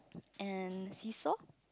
and seesaw